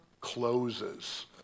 closes